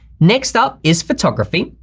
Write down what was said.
next up is photography.